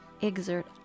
Exert